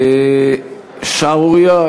שערורייה,